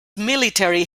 military